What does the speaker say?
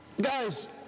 guys